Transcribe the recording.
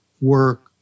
work